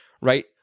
right